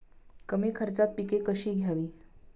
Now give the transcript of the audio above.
कमी खर्चात पिके कशी घ्यावी?